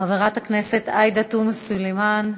חברת הכנסת עאידה תומא סלימאן,